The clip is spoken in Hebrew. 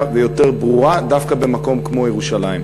ויותר ברורה דווקא במקום כמו ירושלים.